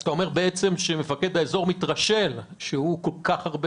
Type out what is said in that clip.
אתה בעצם אומר שמפקד האזור מתרשל בכך שהוא כל כך הרבה